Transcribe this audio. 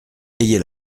ayez